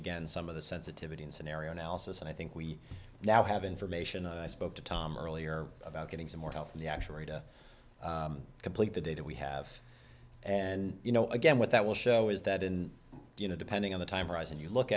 again some of the sensitivity in scenario analysis and i think we now have information i spoke to tom earlier about getting some more help in the actual data to complete the data we have and you know again what that will show is that in you know depending on the time horizon you look